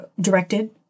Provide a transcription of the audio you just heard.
directed